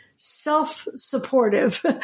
self-supportive